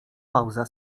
pauza